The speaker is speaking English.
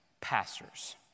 pastors